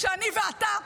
כשאני ואתה,